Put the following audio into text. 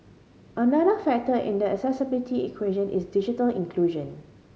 another factor in the accessibility equation is digital inclusion